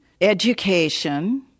education